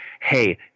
hey